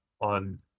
on